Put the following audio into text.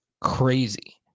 crazy